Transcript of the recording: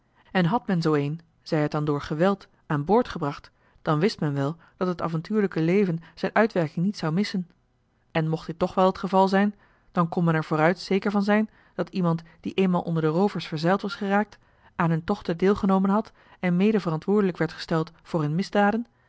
en had men zoo een zij het dan door geweld aan boord gebracht dan wist men wel dat het avontuurlijke leven zijn uitwerking niet zou missen en mocht dit toch wel het geval zijn dan kon men er vooruit zeker van zijn dat iemand die eenmaal onder de roovers verzeild was geraakt aan hun tochten deelgenomen had en mede verantwoordelijk werd gesteld voor hun misdaden